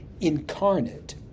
incarnate